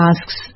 asks